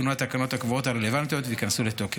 יותקנו התקנות הקבועות הרלוונטיות וייכנסו לתוקף.